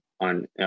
on